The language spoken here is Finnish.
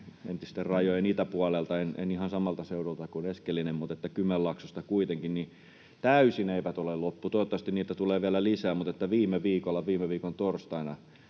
entisten rajojen, itäpuolelta, en ihan samalta seudulta kuin Eskelinen, mutta Kymenlaaksosta kuitenkin. Täysin ne eivät ole loppu. Toivottavasti niitä tulee vielä lisää, mutta viime viikolla, viime viikon torstaina,